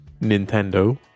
Nintendo